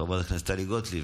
חברת הכנסת טלי גוטליב,